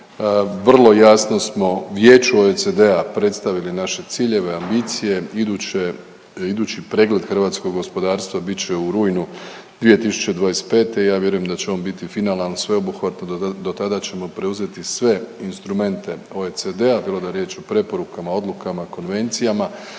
Vrlo jasno smo Vijeću OECD-a predstavili naše ciljeve, ambicije. Idući pregled hrvatskog gospodarstva bit će u rujnu 2025. i ja vjerujem da će on biti finalan, sveobuhvatan. Do tada ćemo preuzeti sve instrumente OECD-a bilo da je riječ o preporukama, odlukama, konvencijama